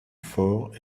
fort